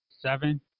Seven